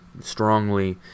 strongly